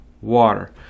water